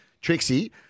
Trixie